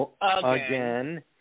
Again